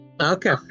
Okay